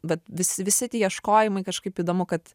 bet vis visi ti ieškojimai kažkaip įdomu kad